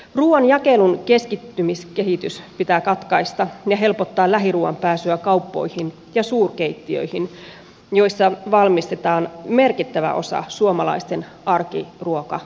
ruuan jakelun keskittymiskehitys pitää katkaista ja helpottaa lähiruuan pääsyä kauppoihin ja suurkeittiöihin joissa valmistetaan merkittävä osa suomalaisten arkiruoka aterioista